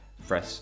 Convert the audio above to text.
Fresh